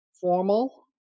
formal